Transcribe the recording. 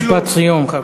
משפט סיום.